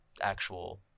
actual